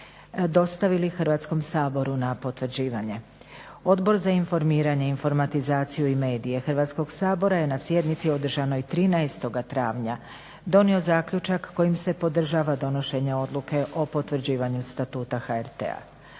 dostavili Hrvatskom saboru na potvrđivanje. Odbor za informiranje, informatizaciju i medije Hrvatskog sabora je na sjednici održanoj 13. travnja donio zaključak kojim se podržava donošenje odluke o potvrđivanju Statuta HRT-a.